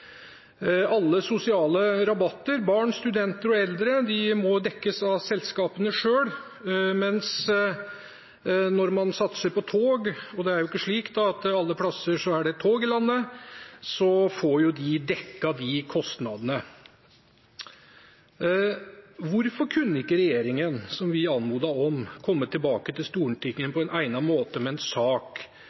Alle sosiale rabatter – for barn, studenter og eldre – må dekkes av selskapene selv, mens når man satser på tog, og det er jo ikke slik at det er tog alle plasser i landet, får man dekket disse kostnadene. Hvorfor kunne ikke regjeringen, som vi anmodet om, komme tilbake til Stortinget på en egnet måte med en sak